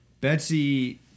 Betsy